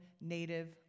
native